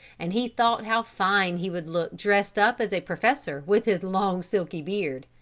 and he thought how fine he would look dressed up as a professor with his long, silky beard.